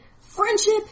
friendship